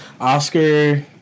Oscar